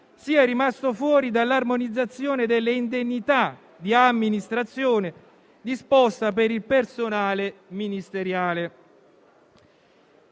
sia rimasto fuori dall'armonizzazione delle indennità di amministrazione disposta per il personale ministeriale.